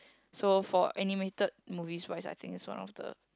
so for animated movie wise I think is one of the